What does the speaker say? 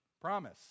Promise